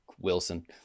Wilson